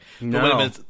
no